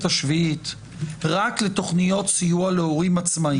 השביעית רק לתוכניות סיוע להורים עצמאיים?